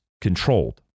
controlled